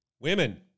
Women